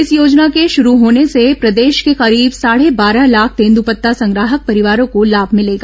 इस योजना के शुरू होने से प्रदेश के करीब साढ़े बारह लाख तेंदूपत्ता संग्राहक परिवारों को लाभ भिलेगा